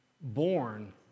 born